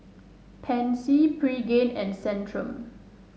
Pansy Pregain and Centrum